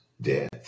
death